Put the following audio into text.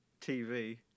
TV